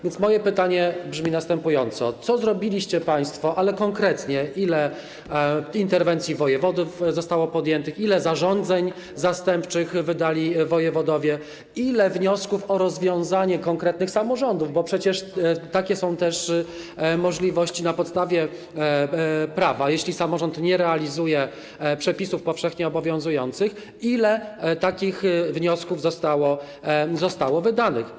Więc moje pytanie brzmi następująco: Co państwo zrobiliście, ale konkretnie ile interwencji wojewodów zostało podjętych, ile zarządzeń zastępczych wydali wojewodowie, ile było wniosków o rozwiązanie konkretnych samorządów, bo przecież takie też są możliwości na podstawie prawa, jeśli samorząd nie realizuje przepisów powszechnie obowiązujących, ile takich wniosków zostało wydanych?